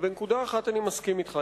ובנקודה אחת אני מסכים אתך.